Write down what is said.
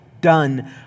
done